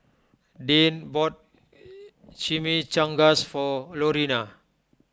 Deanne bought Chimichangas for Lorena